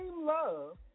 love